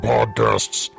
Podcasts